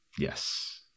yes